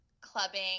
clubbing